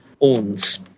owns